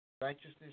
Righteousness